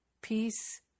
peace